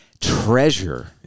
treasure